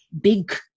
big